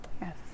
yes